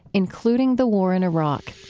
including the war in iraq